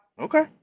Okay